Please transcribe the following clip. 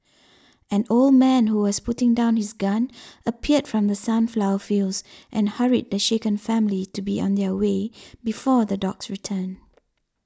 an old man who was putting down his gun appeared from the sunflower fields and hurried the shaken family to be on their way before the dogs return